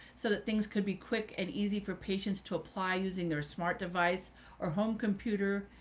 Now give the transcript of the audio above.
so that things could be quick and easy for patients to apply using their smart device or home computer.